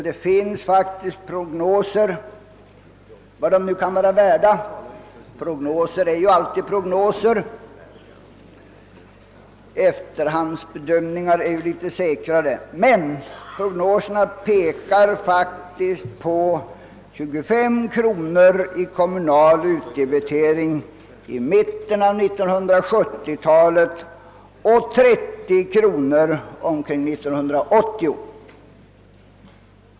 Det finns faktiskt prognoser — vad nu dessa kan vara värda — som pekar på 25 kronor i kommunal utdebitering i mitten av 1970-talet och 30 kronor omkring 1980. Prognoser är emellertid alltid prognoser — efterhandsbedömningar är litet säkrare.